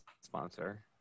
sponsor